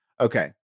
Okay